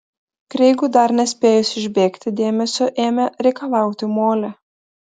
kreigui dar nespėjus išbėgti dėmesio ėmė reikalauti molė